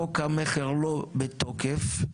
חוק המכר לא בתוקף,